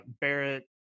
barrett